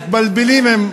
טלטלה בים,